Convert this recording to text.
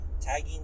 tagging